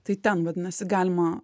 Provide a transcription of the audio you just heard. tai ten vadinasi galima